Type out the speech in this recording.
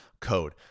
code